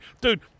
Dude